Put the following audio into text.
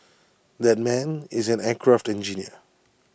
that man is an aircraft engineer